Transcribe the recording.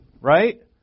right